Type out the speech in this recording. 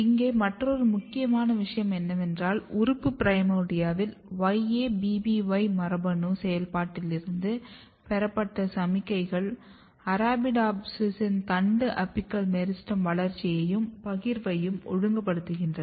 இங்கே மற்றொரு முக்கியமான விஷயம் என்னவென்றால் உறுப்பு பிரைமோர்டியாவில் YABBY மரபணு செயல்பாட்டிலிருந்து பெறப்பட்ட சமிக்ஞைகள் அரபிடோப்சிஸின் தண்டு அபிக்கல் மெரிஸ்டெம் வளர்ச்சியையும் பகிர்வையும் ஒழுங்குபடுத்துகின்றன